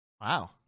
wow